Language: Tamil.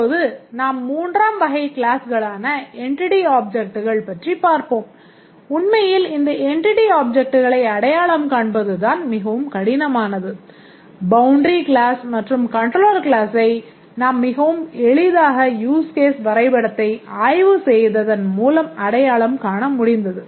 இப்பொழுது நாம் மூன்றாம் வகை க்ளாஸ்களான என்டிட்டி ஆப்ஜெக்ட்கள் வரைபடதை ஆய்வு செய்ததன் மூலம் அடையாளம் காண முடிந்தது